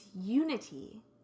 unity